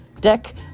Deck